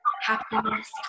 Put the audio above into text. happiness